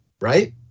right